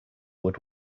would